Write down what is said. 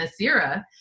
Nasira